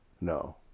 No